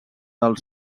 del